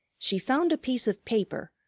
she found a piece of paper,